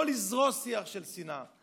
לא לזרוע שיח של שנאה.